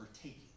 taking